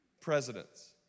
presidents